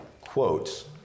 quotes